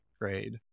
grade